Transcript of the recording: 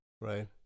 Right